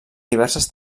diverses